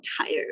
tired